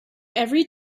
every